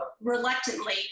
reluctantly